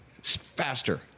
Faster